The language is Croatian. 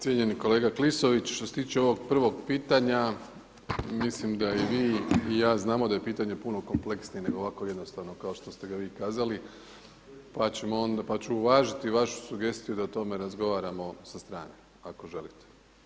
Cijenjeni kolega Klisović, što se tiče ovog prvog pitanja mislim da i vi i ja znamo da je pitanje puno kompleksnije nego ovako jednostavno kao što ste ga vi kazali, pa ću uvažiti vašu sugestiju da o tome razgovaramo sa strane, ako želite.